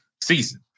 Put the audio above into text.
season